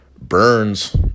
Burns